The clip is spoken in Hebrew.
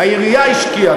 העירייה השקיעה.